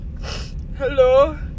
Hello